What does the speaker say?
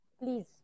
Please